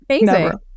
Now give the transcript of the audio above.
Amazing